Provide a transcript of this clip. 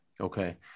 Okay